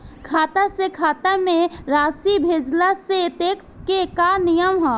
खाता से खाता में राशि भेजला से टेक्स के का नियम ह?